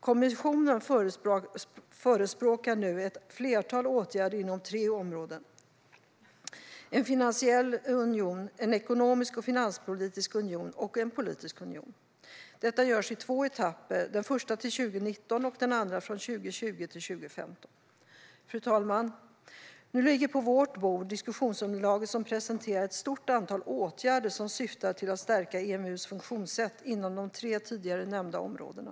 Kommissionen förespråkar nu ett flertal åtgärder inom tre områden: en finansiell union, en ekonomisk och finanspolitisk union och en politisk union. Detta görs i två etapper, den första till 2019 och den andra från 2020 till 2025. Fru talman! Nu ligger på vårt bord ett diskussionsunderlag där det presenteras ett stort antal åtgärder som syftar till att stärka EMU:s funktionssätt inom de tre tidigare nämnda områdena.